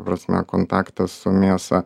prasme kontaktas su mėsa